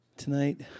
tonight